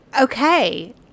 Okay